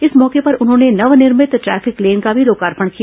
इस मौके पर उन्होंने नव निर्भित ट्रैफिक लेन का भी लोकार्पण किया